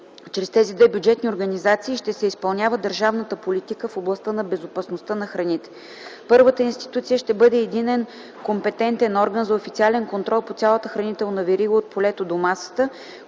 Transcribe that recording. Чрез тези две бюджетни организации ще се изпълнява държавната политика в областта на безопасността на храните. Първата институция ще бъде единен компетентен орган за официален контрол по цялата хранителна верига „от полето до масата”,